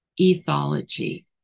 ethology